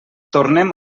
tornem